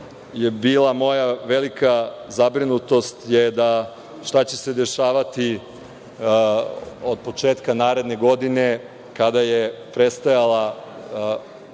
moja velika zabrinutost je šta će se dešavati od početka naredne godine kada je prestajala